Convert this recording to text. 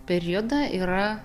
periodą yra